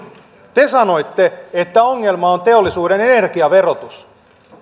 te sanoitte että ongelma on teollisuuden energiaverotus